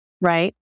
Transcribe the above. right